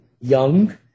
young